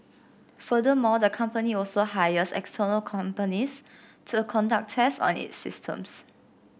furthermore the company also hires external companies to conduct tests on its systems